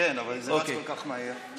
רץ כל כך מהר.